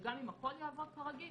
וגם אם הכול יעבוד כרגיל,